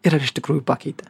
ir ar iš tikrųjų pakeitė